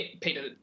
Peter